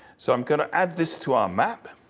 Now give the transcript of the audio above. so i'm gonna add this to our map,